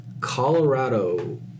Colorado